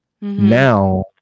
Now